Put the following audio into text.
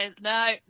no